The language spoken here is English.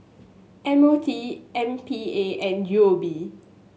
M O T M P A and U O B